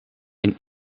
een